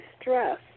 stress